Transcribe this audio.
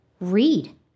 read